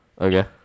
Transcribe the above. Okay